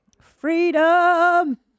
Freedom